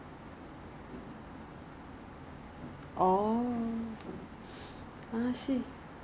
err you have to pay like 一个 certain amount of membership like for example you pay a certain amount I don't think it's very expensive lah